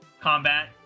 combat